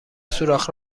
سوراخ